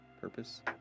purpose